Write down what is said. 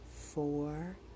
four